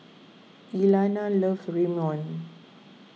Elana loves Ramyeon